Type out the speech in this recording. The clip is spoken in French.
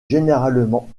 généralement